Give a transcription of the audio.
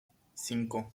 cinco